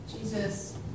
Jesus